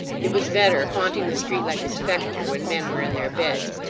it was better haunting the street like a spectre, when men were in their beds,